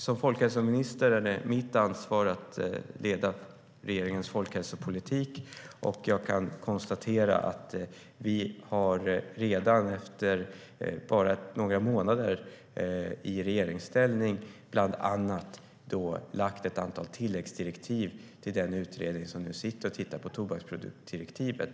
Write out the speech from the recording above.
Som folkhälsominister är det mitt ansvar att leda regeringens folkhälsopolitik, och jag kan konstatera att vi redan efter bara några månader i regeringsställning bland annat har lagt fram ett antal tilläggsdirektiv till den utredning som nu sitter och tittar på tobaksproduktsdirektivet.